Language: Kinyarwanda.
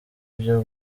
byo